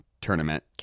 tournament